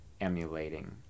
emulating